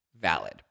Valid